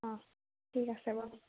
অঁ ঠিক আছে বাৰু